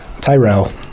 Tyrell